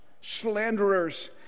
slanderers